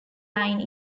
line